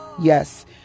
Yes